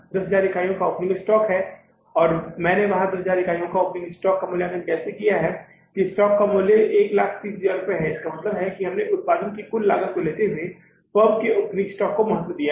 दस हजार इकाइयों का ओपनिंग स्टॉक और मैंने वहां दस हजार इकाइयों के ओपनिंग स्टॉक का मूल्यांकन कैसे किया है कि स्टॉक का कुल मूल्य 130000 रुपये है इसका मतलब है कि हमने उत्पादन की कुल लागत को लेते हुए फर्म के ओपनिंग स्टॉक को महत्व दिया है